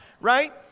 Right